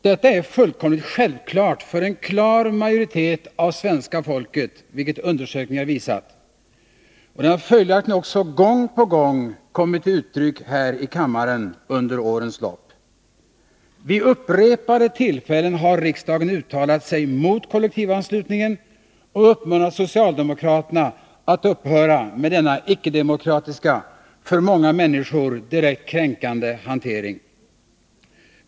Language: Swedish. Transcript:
Detta är en fullkomlig självklarhet för en klar majoritet av svenska folket, vilket undersökningar har visat, och det har följdriktigt också gång på gång kommit till uttryck här i kammaren under årens lopp. Vid upprepade tillfällen har riksdagen uttalat sig mot kollektivanslutningen och uppmanat socialdemokraterna att upphöra med denna icke-demokratiska, för många människor direkt kränkande hantering.